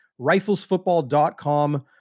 riflesfootball.com